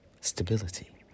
stability